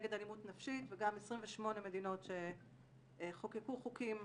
נגד אלימות נפשית וגם 28 מדינות שחוקקו חוקים